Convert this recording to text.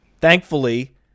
Thankfully